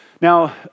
Now